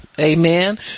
Amen